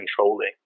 controlling